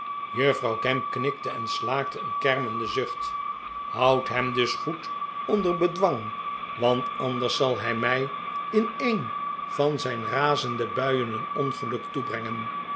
juffrouw gamp knikte en slaakte een kermenden zucht houd hem dus goed onder bedwang want anders zal hij mij in een van zijn razende buien een ongeluk toebrengen